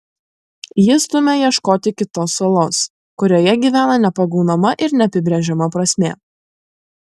ji stumia ieškoti kitos salos kurioje gyvena nepagaunama ir neapibrėžiama prasmė